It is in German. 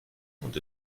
und